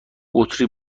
بطری